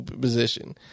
position